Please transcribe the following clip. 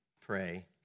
pray